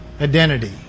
identity